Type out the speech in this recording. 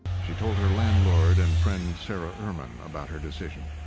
she told her landlord and friend sara ehrman about her decision.